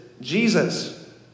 Jesus